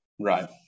Right